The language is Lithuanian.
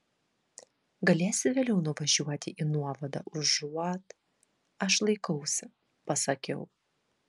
galėsi vėliau nuvažiuoti į nuovadą užuot aš laikausi pasakiau